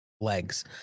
legs